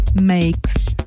makes